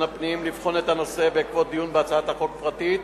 הפנים לבחון את הנושא בעקבות דיון בהצעת חוק פרטית